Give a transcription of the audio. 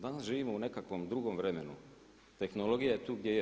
Danas živimo u nekakvom drugim vremenu, tehnologija je tu gdje je.